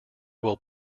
will